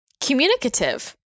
communicative